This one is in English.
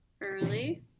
Early